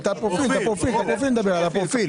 אני מדבר על הפרופיל.